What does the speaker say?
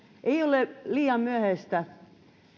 ei ole liian myöhäistä